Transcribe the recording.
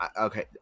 Okay